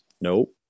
Nope